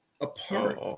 apart